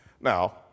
Now